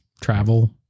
travel